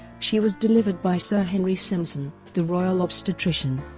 she was delivered by sir henry simson, the royal obstetrician.